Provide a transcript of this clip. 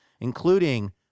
including